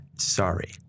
Sorry